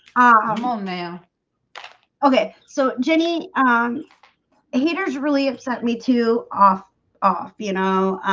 i'm home, ma'am okay, so jenny, um heaters really upset me too off off, you know